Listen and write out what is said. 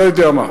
אני לא יודע מה.